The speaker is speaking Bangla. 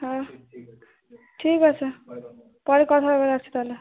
হ্যাঁ ঠিক আছে পরে কথা হবে রাখছি তাহলে